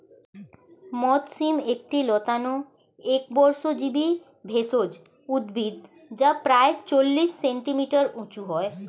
মথ শিম একটি লতানো একবর্ষজীবি ভেষজ উদ্ভিদ যা প্রায় চল্লিশ সেন্টিমিটার উঁচু হয়